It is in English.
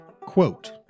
Quote